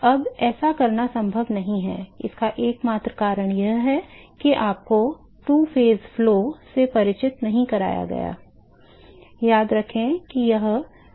अब ऐसा करना संभव नहीं है इसका एकमात्र कारण यह है कि आपको दो चरण प्रवाह से परिचित नहीं कराया जाता है याद रखें कि यह दो चरण प्रणाली है